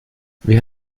wir